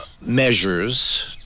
measures